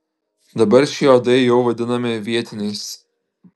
dabar šie uodai jau vadinami vietiniais